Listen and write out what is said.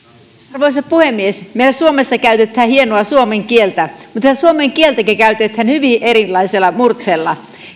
arvoisa puhemies meillä suomessa käytetään hienoa suomen kieltä mutta tätä suomen kieltäkin käytetään hyvin erilaisella murteella